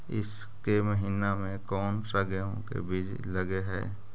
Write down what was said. ईसके महीने मे कोन सा गेहूं के बीज लगे है?